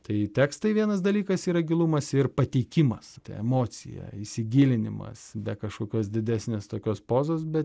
tai tekstai vienas dalykas yra gilumas ir pateikimas ta emocija įsigilinimas be kažkokios didesnės tokios pozos bet